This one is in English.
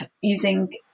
using